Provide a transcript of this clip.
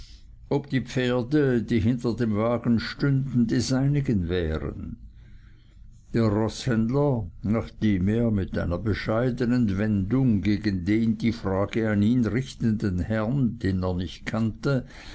ob die pferde die hinter dem wagen stünden die seinigen wären der roßhändler nachdem er mit einer bescheidenen wendung gegen den die frage an ihn richtenden herrn den er nicht kannte